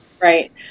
Right